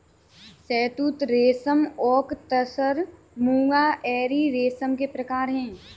शहतूत रेशम ओक तसर मूंगा एरी रेशम के प्रकार है